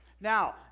Now